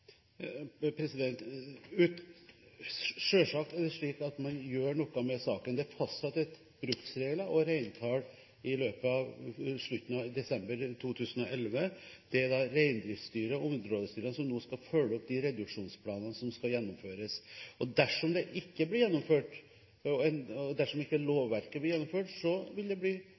med saken. Det er fastsatt bruksregler og reintall i løpet av desember 2011. Det er reindriftsstyret og områdestyret som nå skal følge opp de reduksjonsplanene som skal gjennomføres. Dersom det ikke blir gjennomført – og dersom ikke lovverket blir gjennomført – vil det bli